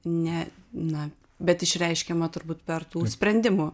ne na bet išreiškiama turbūt per tų sprendimų